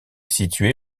situé